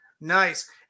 Nice